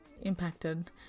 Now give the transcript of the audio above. impacted